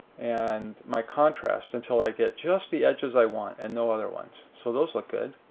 and my contrast until i get just the edges i want and no other ones. so those look good.